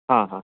हां हां